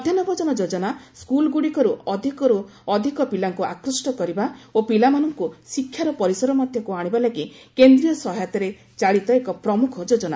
ମଧ୍ୟାହ୍ନ ଭୋଜନ ଯୋଜନା ସ୍କୁଲ୍ଗୁଡ଼ିକୁ ଅଧିକରୁ ଅଧିକ ପିଲାଙ୍କୁ ଆକୃଷ୍ଟ କରିବା ଓ ପିଲାମାନଙ୍କୁ ଶିକ୍ଷାର ପରିସର ମଧ୍ୟକ୍ତ ଆଶିବା ଲାଗି କେନ୍ଦ୍ରୀୟ ସହାୟତାରେ ଚାଳିତ ଏକ ପ୍ରମ୍ଖ ଯୋଜନା